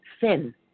thin